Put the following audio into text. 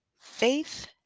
Faith